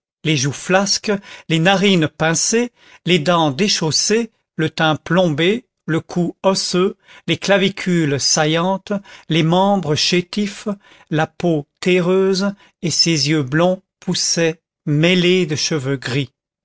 les joues flasques les narines pincées les dents déchaussées le teint plombé le cou osseux les clavicules saillantes les membres chétifs la peau terreuse et ses cheveux blonds poussaient mêlés de cheveux gris